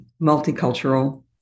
multicultural